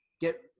get